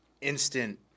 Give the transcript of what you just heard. instant